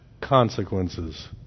consequences